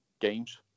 games